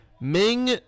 Ming